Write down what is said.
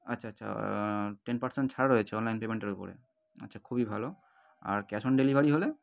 আচ্ছা আচ্ছা ten percent ছাড় রয়েছে অনলাইন পেমেন্টের ওপরে আচ্ছা খুবই ভালো আর ক্যাশ অন ডেলিভারি হলে